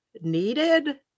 needed